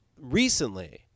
recently